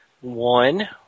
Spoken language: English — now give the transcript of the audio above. One